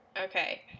Okay